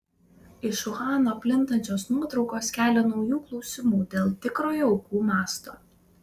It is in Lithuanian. iš uhano plintančios nuotraukos kelia naujų klausimų dėl tikrojo aukų masto